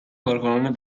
کارکنان